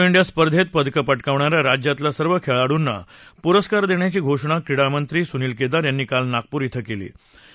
तिसऱ्या खेलो डिया स्पर्धेत पदकं पटकावणा या राज्यातल्या सर्व खेळाडूंना पुरस्कार देण्याची घोषणा क्रीडा मंत्री सूनील केदार यांनी काल नागपूर कें केली